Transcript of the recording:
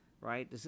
right